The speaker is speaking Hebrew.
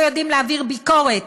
אלה שלא יודעים להעביר ביקורת.